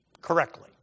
correctly